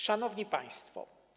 Szanowni Państwo!